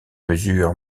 mesure